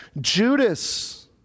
Judas